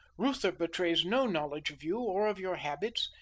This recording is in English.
reuther betrays no knowledge of you or of your habits,